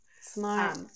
Smart